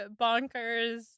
bonkers